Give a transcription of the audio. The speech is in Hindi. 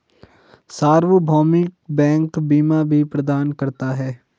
सार्वभौमिक बैंक बीमा भी प्रदान करता है